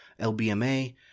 LBMA